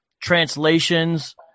translations